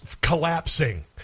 collapsing